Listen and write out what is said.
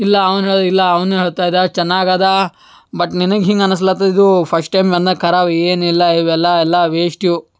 ಇಲ್ಲ ಅವ್ನು ಹೇಳ್ ಇಲ್ಲ ಅವ್ನು ಹೇಳ್ತಾ ಇದ್ದ ಚೆನ್ನಾಗದ ಬಟ್ ನಿನಗೆ ಹಿಂಗೆ ಅನಸ್ಲತದೆ ಇದು ಫಶ್ಟ್ ಟೈಮ್ ಖರಾಬ್ ಏನಿಲ್ಲ ಇವೆಲ್ಲ ಎಲ್ಲ ವೇಶ್ಟ್ ಇವು